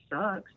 sucks